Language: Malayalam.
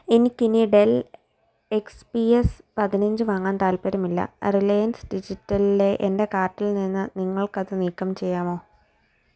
എനിക്ക് ഇനി ഡെൽ എക്സ് പി എസ് പതിനഞ്ച് വാങ്ങാൻ താൽപ്പര്യമില്ല റിലയൻസ് ഡിജിറ്റൽലെ എൻ്റെ കാർട്ടിൽ നിന്ന് നിങ്ങൾക്ക് അത് നീക്കം ചെയ്യാമോ